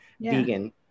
Vegan